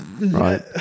right